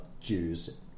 Jews